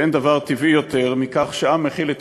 ואין דבר טבעי יותר מכך שעם מחיל את